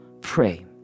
pray